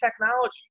technology